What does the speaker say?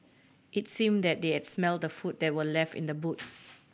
it seemed that they had smelt the food that were left in the boot